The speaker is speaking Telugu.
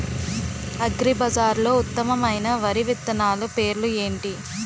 అగ్రిబజార్లో ఉత్తమమైన వరి విత్తనాలు పేర్లు ఏంటి?